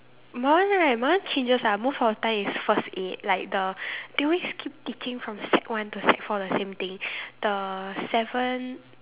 my one right my one changes ah most of the time is first aid like the they always keep teaching from sec one to sec four the same thing the seven